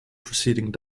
preceding